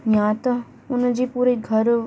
या त उन जी पूरी घरु